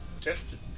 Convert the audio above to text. tested